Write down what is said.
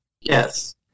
Yes